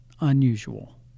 unusual